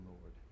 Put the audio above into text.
Lord